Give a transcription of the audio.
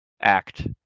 act